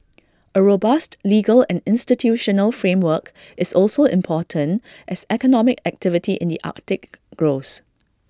A robust legal and institutional framework is also important as economic activity in the Arctic grows